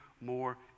more